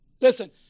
Listen